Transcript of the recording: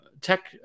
tech